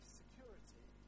security